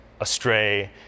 astray